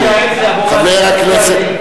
במקום לייעץ לאבו מאזן,